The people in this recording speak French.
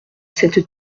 cette